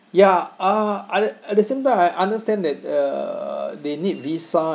ya uh at the at the same time I understand that uh they need visa